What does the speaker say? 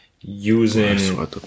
using